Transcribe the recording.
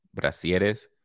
Brasieres